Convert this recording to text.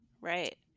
Right